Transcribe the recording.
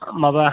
माबा